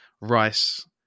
Rice